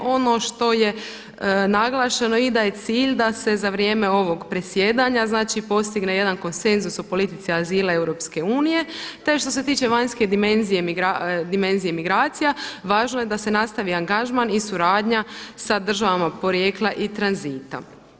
Ono što je naglašeno i da je cilj i da se za vrijeme ovog predsjedanja postigne jedan konsenzus o politici azila EU, te što se tiče vanjske dimenzije migracija važno je da se nastavi angažman i suradnja sa državama porijekla i tranzita.